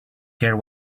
care